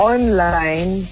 Online